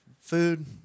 Food